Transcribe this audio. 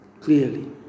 clearly